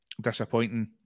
disappointing